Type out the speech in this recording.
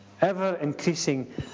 ever-increasing